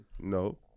No